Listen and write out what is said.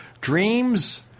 dreams